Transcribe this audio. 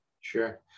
Sure